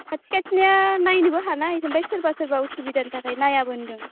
खाथि खाथिनिया नायनोबो हानाय ओमफ्राय सोरबा सोरबा उसुबिदानि थाखाय नायाबो होनदों